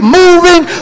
moving